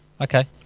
Okay